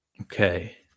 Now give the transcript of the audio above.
Okay